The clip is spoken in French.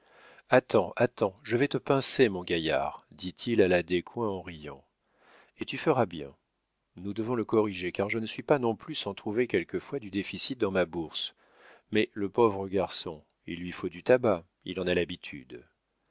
attends attends je vais te pincer mon gaillard dit-il à la descoings en riant et tu feras bien nous devons le corriger car je ne suis pas non plus sans trouver quelquefois du déficit dans ma bourse mais le pauvre garçon il lui faut du tabac il en a l'habitude